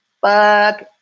Fuck